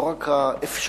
לא רק האפשרות,